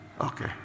Okay